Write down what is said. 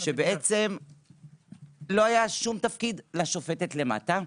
שבעצם לא היה תפקיד לשופטת למטה.